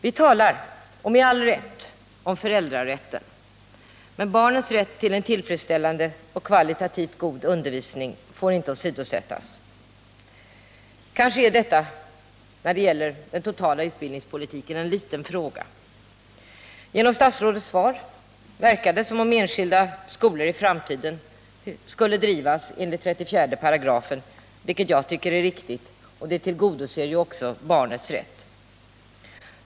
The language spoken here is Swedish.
Vi talar med all rätt om föräldrarätten, men barnens rätt till en tillfredsställande och kvalitativt god undervisning får inte åsidosättas. Kanske är detta, när det gäller den totala utbildningspolitiken, en liten fråga. Genom statsrådets svar verkar det som om enskilda skolor i framtiden skulle drivas enligt 34 § skollagen, något som jag tycker är riktigt och som också tillgodoser barnets rätt.